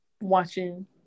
Watching